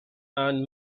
anne